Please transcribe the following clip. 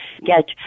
get